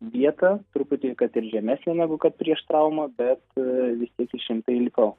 vietą truputį kad ir žemesnę negu kad prieš traumą bet vis tiek šimtai likau